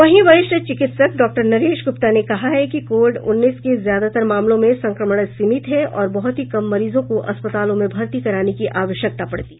वहीं वरिष्ठ चिकित्सक डॉक्टर नरेश गुप्ता ने कहा कि कोविड उन्नीस के ज्यादतर मामलों में संक्रमण सीमित है और बहुत ही कम मरीजों को अस्पतालों में भर्ती कराने की आवश्यकता पडती है